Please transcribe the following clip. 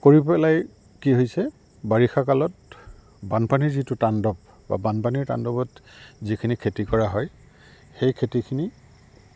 কৰি পেলাই কি হৈছে বাৰিষা কালত বানপানীৰ যিটো তাণ্ডৱ বা বানপানীৰ তাণ্ডৱত যিখিনি খেতি কৰা হয় সেই খেতিখিনি